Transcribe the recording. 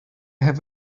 have